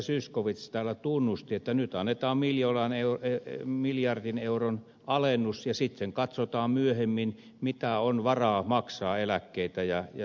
zyskowicz täällä tunnusti että nyt annetaan miljardin euron alennus ja sitten katsotaan myöhemmin mitä on varaa maksaa eläkkeitä ja sosiaaliturvaa